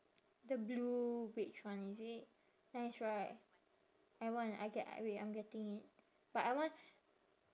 the blue beige one is it nice right I want I get I wait I'm getting it but I want